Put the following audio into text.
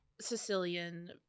sicilian